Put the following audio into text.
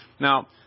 Now